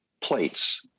plates